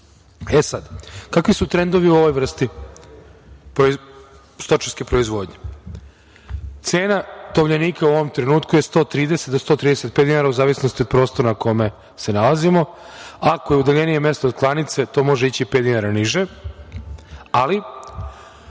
veka. Sada, kakvi su trendovi u ovoj vrsti stočarske proizvodnje? Cena tovljenika u ovom trenutku je 130 do 135 dinara u zavisnosti od prostora na kome se nalazimo. Ako je udaljenije mesto od klanice to može ići pet dinara niže, ali